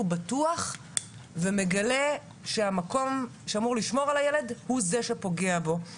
בטוח אבל הוא מגלה שהמקום שאמור לשמור על הילד הוא זה שפוגע בו.